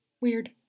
Weird